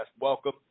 Welcome